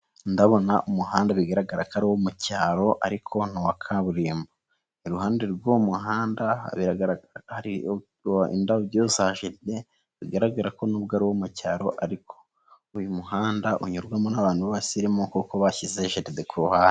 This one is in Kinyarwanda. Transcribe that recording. Ndabona umuhanda bigaragara ko ari uwo mu cyaro ariko ni uwa kaburimbo. Iruhande rw'umuhanda hari indabyo za jaride bigaragara ko n'ubwo ari uwo mu cyaro ariko uyu muhanda unyurwamo n'abantu basimuritse kuko bashyize jaride ku ruhande.